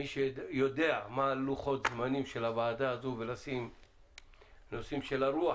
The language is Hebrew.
מי שיודע מה לוחות הזמנים של הוועדה הזו ולשים נושאים של הרוח,